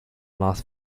last